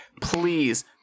Please